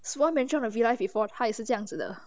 sua mentioned in real life before 她也是这样子的